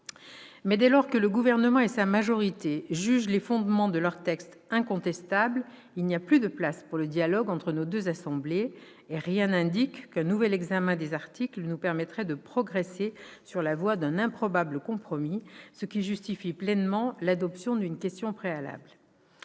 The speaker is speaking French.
Mais dès lors que le Gouvernement et sa majorité jugent les fondements de leur texte « incontestables », il n'y a plus de place pour le dialogue entre nos deux assemblées, et rien n'indique qu'un nouvel examen des articles nous permettrait de progresser sur la voie d'un improbable compromis, ce qui justifie pleinement l'adoption d'une motion tendant